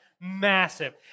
massive